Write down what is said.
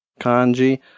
kanji